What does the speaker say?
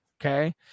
Okay